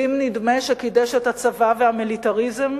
ואם נדמה שקידש את הצבא והמיליטריזם,